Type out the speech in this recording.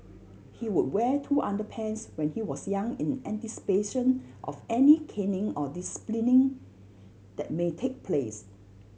he would wear two underpants when he was young in anticipation of any caning or disciplining that may take place